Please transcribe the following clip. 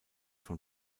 von